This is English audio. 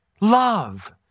love